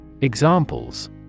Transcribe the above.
Examples